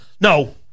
no